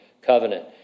covenant